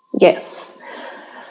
Yes